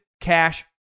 Cash